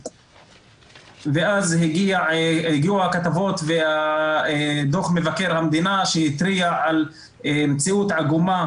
ואז הגיעו הכתבות ודו"ח מבקר המדינה שהתריע על מציאות עגומה